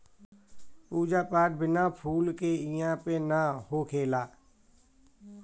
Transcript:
पूजा पाठ बिना फूल के इहां पे ना होखेला